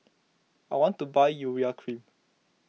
I want to buy Urea Cream